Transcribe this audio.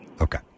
Okay